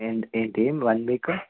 ఏంటి ఏంటీ one week